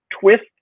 twist